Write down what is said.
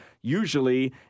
usually